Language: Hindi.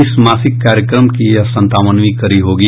इस मासिक कार्यक्रम की यह संतावनवीं कड़ी होगी